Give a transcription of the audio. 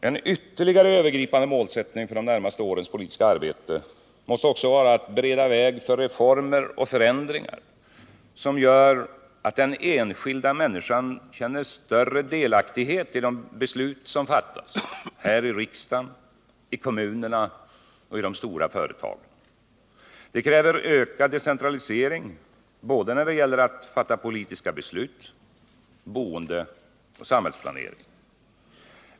En ytterligare övergripande målsättning för de närmaste årens politiska arbete måste vara att bereda väg för reformer och förändringar som gör att den enskilda människan känner större delaktighet i de beslut som fattas här i riksdagen, i kommunerna och i de stora företagen. Det kräver ökad decentralisering både när det gäller att fatta politiska beslut och när det gäller boende och samhällsplanering.